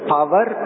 Power